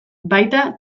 baita